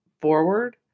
Forward